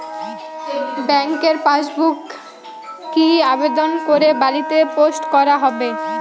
ব্যাংকের পাসবুক কি আবেদন করে বাড়িতে পোস্ট করা হবে?